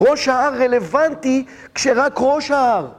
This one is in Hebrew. ראש ההר רלוונטי, כשרק ראש ההר.